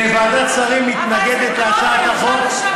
ועדת השרים מתנגדת להצעת החוק,